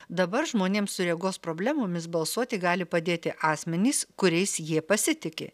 dabar žmonėms su regos problemomis balsuoti gali padėti asmenys kuriais jie pasitiki